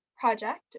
project